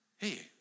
Hey